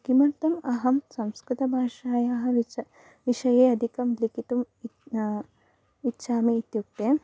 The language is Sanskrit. किमर्थम् अहं संस्कृतभाषायाः विचारे विषये अधिकं लिखितुम् इ इच्छामि इत्युक्ते